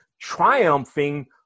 triumphing